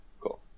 Cool